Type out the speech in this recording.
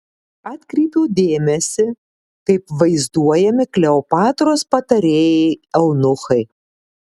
atkreipiau dėmesį kaip vaizduojami kleopatros patarėjai eunuchai